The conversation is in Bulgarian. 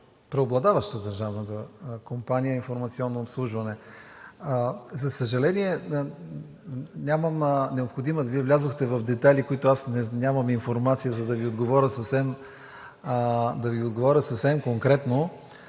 преобладаващо от държавната компания „Информационно обслужване“. За съжаление, нямам необходимата – Вие влязохте в детайли, за които аз нямам информация, за да Ви отговоря съвсем конкретно.